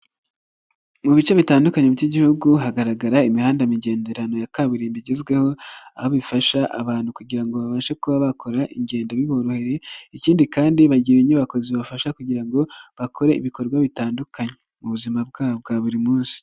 Mu bice bitandukanye by'igihugu hagaragara imihanda migenderano ya kaburimbo igezweho aho bifasha abantu kugira ngo babashe kuba bakora ingendo biboroheye ikindi kandi bagira inyubako zibafasha kugira ngo bakore ibikorwa bitandukanye mu buzima bwabo bwa buri munsi.